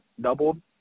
doubled